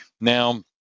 Now